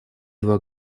два